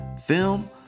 film